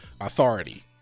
authority